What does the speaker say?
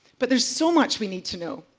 but there's so much we need to know.